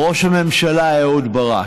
ראש הממשלה אהוד ברק.